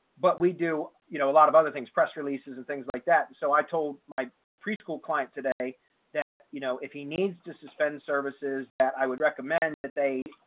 but we do, you know, a lot of other things, press releases and things like that. so i told my preschool client today that, you know, if he needs to suspend services that i would recommend that they,